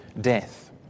death